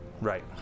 Right